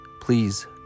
please